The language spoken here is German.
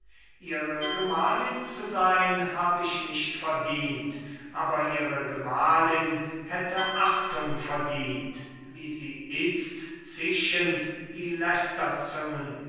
ihre gemahlin zu sein hab ich nicht verdient aber ihre gemahlin hätte achtung verdient wie sie itzt zischen die